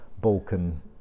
Balkan